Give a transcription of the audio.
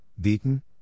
beaten